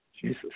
Jesus